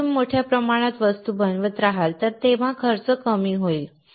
जेव्हा तुम्ही मोठ्या प्रमाणात वस्तू बनवत राहाल तेव्हा खर्च कमी होईल